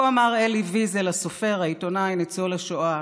כה אמר אלי ויזל, הסופר, העיתונאי ניצול השואה: